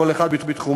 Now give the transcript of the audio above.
כל אחד בתחומו,